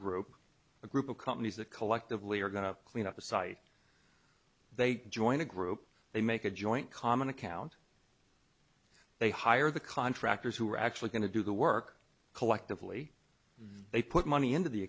group a group of companies that collectively are going to clean up a site they join a group they make a joint common account they hire the contractors who are actually going to do the work collectively they put money into the